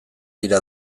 dira